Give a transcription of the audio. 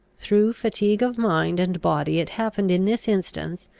through fatigue of mind and body, it happened in this instance,